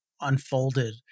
unfolded